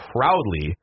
Proudly